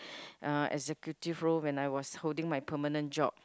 executive role when I was holding my permanent job